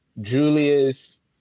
Julius